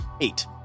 Eight